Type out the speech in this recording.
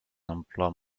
emplois